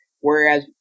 Whereas